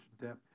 depth